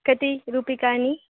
कति रूप्यकाणि